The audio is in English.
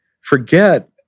forget